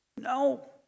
No